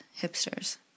hipsters